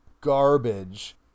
garbage